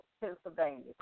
Pennsylvania